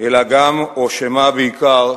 אלא גם, או שמא בעיקר,